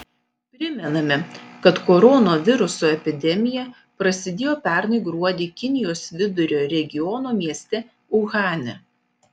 primename kad koronaviruso epidemija prasidėjo pernai gruodį kinijos vidurio regiono mieste uhane